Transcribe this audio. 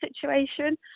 situation